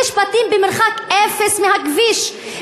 יש בתים במרחק אפס מהכביש,